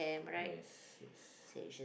yes it's